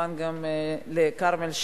וכמובן לכרמל שאמה,